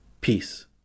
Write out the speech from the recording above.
Peace